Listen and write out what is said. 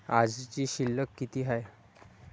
आजची शिल्लक किती हाय?